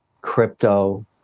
crypto